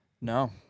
No